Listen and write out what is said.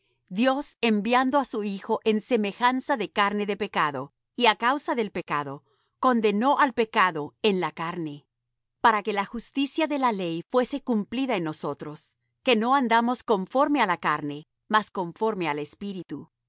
dios enviando á su hijo en semejanza de carne de pecado y á causa del pecado condenó al pecado en la carne para que la justicia de la ley fuese cumplida en nosotros que no andamos conforme á la carne mas conforme al espíritu